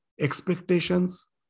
expectations